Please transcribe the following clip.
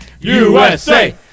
USA